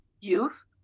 youth